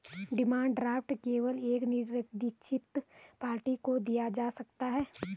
demand draft केवल एक निरदीक्षित पार्टी को दिया जा सकता है